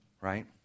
Right